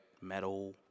metal